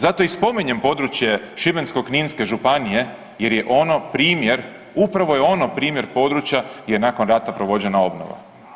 Zato i spominjem područje Šibensko-kninske županije jer je ono primjer upravo je ono primjer područja je nakon rata provođena obnova.